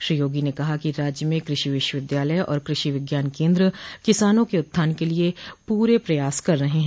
श्री योगी ने कहा कि राज्य में कृषि विश्वविद्यालय और कृषि विज्ञान केंद्र किसानों के उत्थान के लिए पूरे प्रयास कर रहे हैं